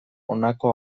honako